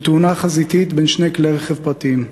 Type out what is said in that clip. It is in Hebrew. בתאונה חזיתית בין שני כלי-רכב פרטיים,